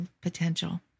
potential